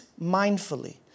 mindfully